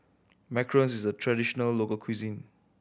macarons is a traditional local cuisine